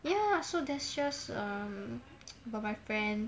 ya so that's just um about my friend